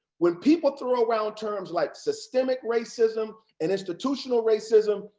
when people throw around terms like systemic racism, and institutional racism,